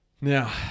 Now